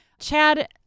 Chad